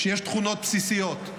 שיש תכונות בסיסיות,